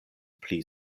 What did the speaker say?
pli